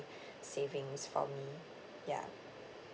savings for me ya